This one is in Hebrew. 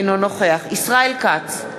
אינו נוכח ישראל כץ,